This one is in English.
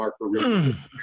marker